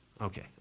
Okay